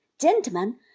Gentlemen